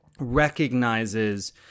recognizes